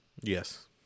Yes